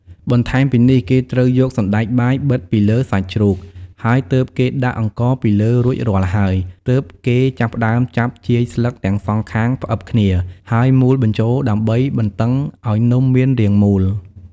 បន្ថែមពីនេះគេត្រូវយកសណ្ដែកបាយបិតពីលើសាច់ជ្រូក ហើយទើបគេដាក់អង្ករពីលើរួចរាល់ហើយ ទើបគេចាប់ផ្តើមចាប់ជាយស្លឹកទាំងសងខាងផ្អឹបគ្នា ហើយមូរបញ្ចូលដើម្បីបន្តឹងឱ្យនំមានរាងមូល។